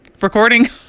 recording